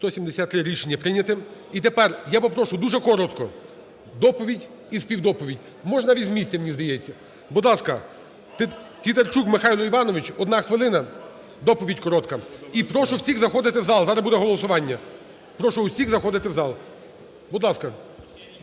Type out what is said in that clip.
За-173 Рішення прийнято. І тепер я попрошу дуже коротко доповідь і співдоповідь. Можна і з місця, мені здається. Будь ласка, Тітарчук Михайло Іванович. 1 хвилина, доповідь коротка. І прошу всіх заходити в зал, зараз буде голосування. Прошу всіх заходити в зал. Будь ласка.